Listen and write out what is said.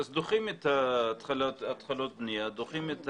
אז דוחים את התחלות הבנייה ודוחים את